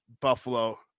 Buffalo